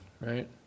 right